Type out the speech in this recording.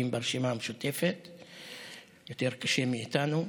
ברשימה המשותפת יותר קשה מאיתנו.